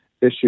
issue